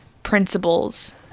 Principles